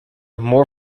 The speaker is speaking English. more